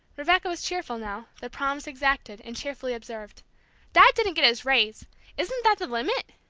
rebecca was cheerful now, the promise exacted, and cheerfully observed dad didn't get his raise isn't that the limit?